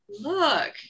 look